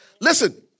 Listen